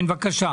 כן, בבקשה.